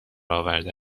آورده